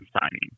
signing